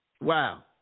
Wow